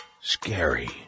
scary